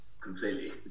completely